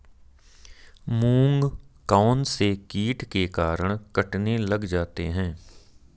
मूंग कौनसे कीट के कारण कटने लग जाते हैं?